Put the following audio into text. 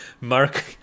Mark